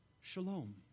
shalom